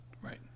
Right